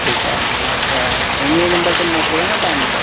ठीकु आहे मां तव्हांजे इन्हीअ नंबर ते मोकलिया न तव्हांजे